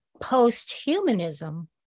post-humanism